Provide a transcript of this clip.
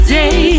day